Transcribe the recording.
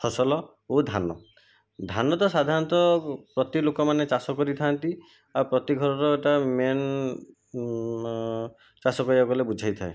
ଫସଲ ଓ ଧାନ ଧାନ ତ ସାଧାରଣତଃ ପ୍ରତି ଲୋକମାନେ ଚାଷ କରିଥାନ୍ତି ଆଉ ପ୍ରତି ଘରର ଏଇଟା ମେନ୍ ଚାଷ କହିବାକୁ ଗଲେ ବୁଝାଇଥାଏ